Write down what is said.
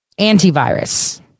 antivirus